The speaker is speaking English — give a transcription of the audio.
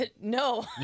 No